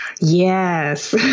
yes